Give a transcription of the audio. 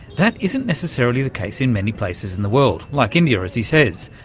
that isn't necessarily the case in many places in the world, like india, as he says.